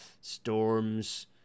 storms